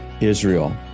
Israel